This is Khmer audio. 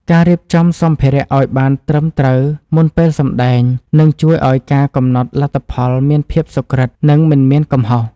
ការរៀបចំសម្ភារៈឱ្យបានត្រឹមត្រូវមុនពេលសម្តែងនឹងជួយឱ្យការកំណត់លទ្ធផលមានភាពសុក្រឹត និង មិនមានកំហុស។